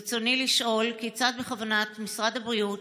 רצוני לשאול: כיצד בכוונת משרד הבריאות